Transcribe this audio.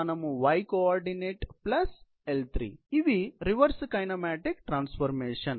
కాబట్టి ఇవి reverse kinematic transformations